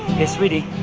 hey sweetie,